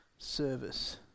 service